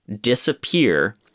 disappear